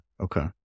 Okay